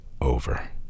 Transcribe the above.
over